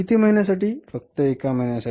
किती महिन्यासाठी फक्त एक महिन्यासाठी